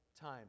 time